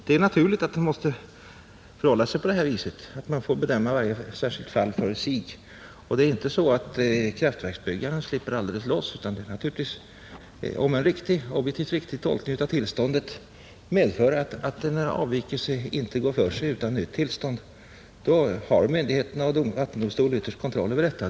Det är naturligt att man måste bedöma varje fall för sig. Det förhåller sig inte så att kraftverksbyggarna släpps lösa; om en objektivt riktig tolkning av tillståndet medför att en avvikelse inte får göras utan nytt tillstånd, har myndigheterna, ytterst vattendomstolen, kontroll över detta.